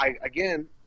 Again